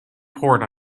poured